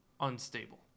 Unstable